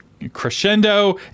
crescendo